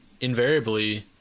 invariably